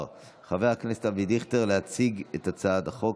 חבר הכנסת אבי דיכטר להציג את הצעת החוק.